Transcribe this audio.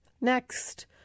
next